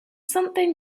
something